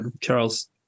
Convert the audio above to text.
Charles